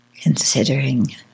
considering